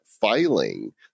filing